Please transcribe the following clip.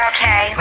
Okay